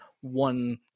one